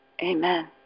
Amen